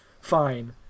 fine